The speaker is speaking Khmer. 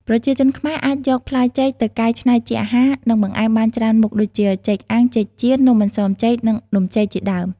ប្រជាជនខ្មែរអាចយកផ្លែចេកទៅកែច្នៃជាអាហារ និងបង្អែមបានច្រើនមុខដូចជា ចេកអាំង ចេកចៀន នំអន្សមចេក និង នំចេក ជាដើម។